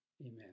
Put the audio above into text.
Amen